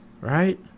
right